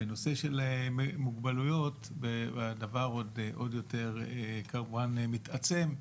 בנושא של מוגבלויות, הדבר עוד יותר כמובן מתעצם,